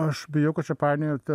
aš bijau kad čia painiojate